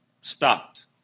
stopped